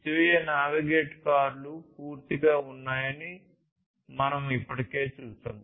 స్వీయ నావిగేట్ కార్లు పూర్తిగాఉన్నాయని మేము ఇప్పటికే చూశాము